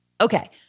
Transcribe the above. Okay